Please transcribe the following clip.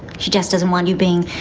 she just doesn't want you being